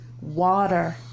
water